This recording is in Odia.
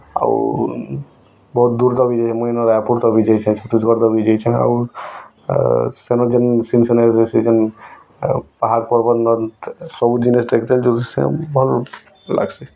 ଆଉ ବହୁତ୍ ଦୂର୍ ତକ୍ ବି ଯାଇଛେ ମୁଇଁ ଇନ ରାୟପୁର୍ ବି ଯାଇଚେଁ ଛତିଶ୍ଗଡ଼୍ ତକ୍ ବି ଯାଇଛେ ଆଉ ସେନେ ଯେନ୍ ସିନ୍ ସେନେ ଥିସି ଯେନ୍ ପାହାଡ୍ ପର୍ବତ୍ ନଦୀ ସବୁ ଜିନିଷ୍ ଦେଖିତେଲ୍ ଯାଉଥିସି ଆଉ ଭଲ୍ ଲାଗ୍ସି